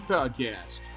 Podcast